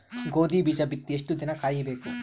ಗೋಧಿ ಬೀಜ ಬಿತ್ತಿ ಎಷ್ಟು ದಿನ ಕಾಯಿಬೇಕು?